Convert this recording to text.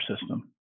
system